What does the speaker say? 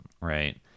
right